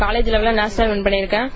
college லெவல்ல national விண்பண்ணியிருக்கேன்